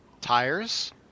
tires